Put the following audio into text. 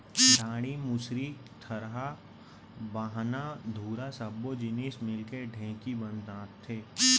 डांड़ी, मुसरी, थरा, बाहना, धुरा सब्बो जिनिस मिलके ढेंकी बनथे